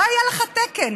לא היה לך תקן,